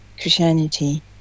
Christianity